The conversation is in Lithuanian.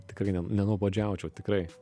tikrai ne nenuobodžiaučiau tikrai